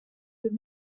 deux